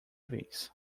vez